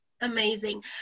Amazing